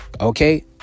Okay